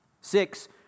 Six